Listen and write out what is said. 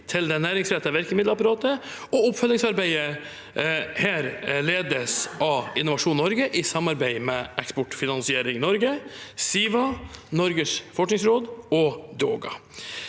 til det næringsrettede virkemiddelapparatet, og oppfølgingsarbeidet her ledes av Innovasjon Norge i samarbeid med Eksportfinansiering Norge, SIVA, Norges forskningsråd og DOGA.